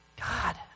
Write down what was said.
God